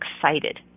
excited